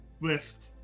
lift